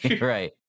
Right